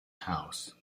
house